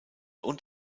und